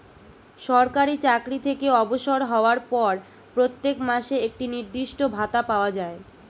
সরকারি চাকরি থেকে অবসর হওয়ার পর প্রত্যেক মাসে একটি নির্দিষ্ট ভাতা পাওয়া যায়